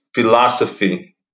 philosophy